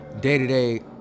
day-to-day